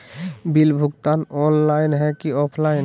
Bill भुगतान online है की ऑफलाइन?